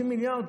50 מיליארד?